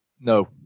No